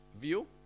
view